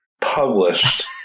published